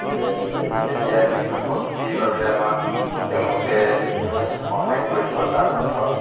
যেতিয়া বিদ্য্যুত শক্তিৰ বাবে আমাক তেওঁলোকে সেইখিনি সহায় কৰিব তাৰ পাছত